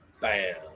Bam